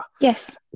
yes